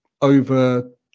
over